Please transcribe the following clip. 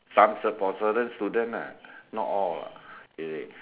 some cer~ for certain student ah not all lah you see